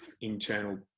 internal